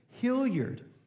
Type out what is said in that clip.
Hilliard